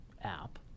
app